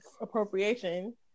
appropriation